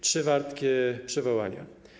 Trzy wartkie przywołania.